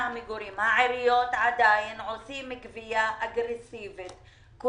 העיריות עדיין עושות גבייה אגרסיבית של הארנונה,